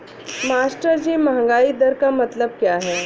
मास्टरजी महंगाई दर का मतलब क्या है?